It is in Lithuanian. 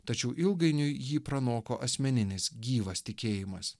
tačiau ilgainiui jį pranoko asmeninis gyvas tikėjimas